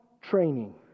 training